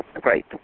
great